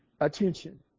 Attention